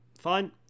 Fine